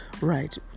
right